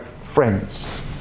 friends